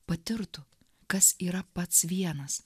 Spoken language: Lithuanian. patirtų kas yra pats vienas